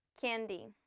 candy